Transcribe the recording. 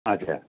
अच्छा